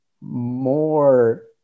more